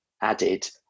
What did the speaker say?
added